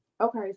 okay